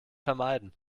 vermeiden